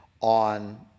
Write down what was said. on